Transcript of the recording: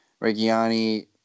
Reggiani